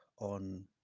on